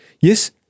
yes